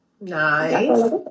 Nice